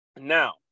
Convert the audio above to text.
Now